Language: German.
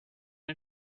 den